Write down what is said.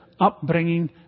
upbringing